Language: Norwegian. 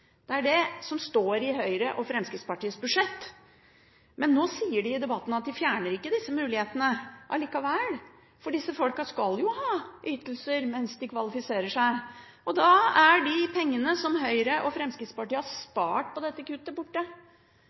det er det som står i Høyres og Fremskrittspartiets budsjettforslag. Men nå sier de i debatten at de fjerner ikke disse mulighetene allikevel, for disse folkene skal jo ha ytelser mens de kvalifiserer seg. Da er de pengene som Høyre og Fremskrittspartiet har spart på dette kuttet, borte.